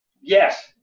Yes